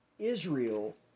israel